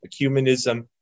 ecumenism